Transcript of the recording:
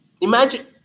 imagine